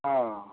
हाँ